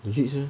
你去吃